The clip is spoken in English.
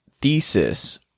thesis